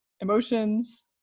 emotions